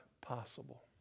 possible